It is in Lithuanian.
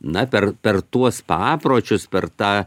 na per per tuos papročius per tą